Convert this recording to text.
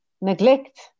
neglect